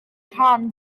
rhan